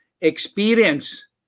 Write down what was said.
experience